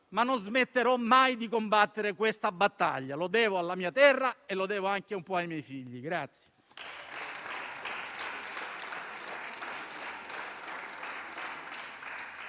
ma non smetterò mai di combattere questa battaglia. Lo devo alla mia terra e lo devo anche un po' ai miei figli.